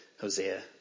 Hosea